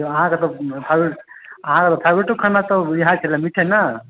से अहाँक तऽ फेवरेट अहाँक तऽ फेवरेटो खाना तऽ बुझाइ छलै मीठे ने